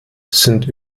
sind